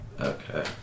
Okay